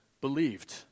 believed